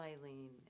Eileen